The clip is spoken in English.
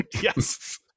Yes